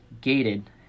gated